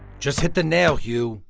just hit the nail, hue.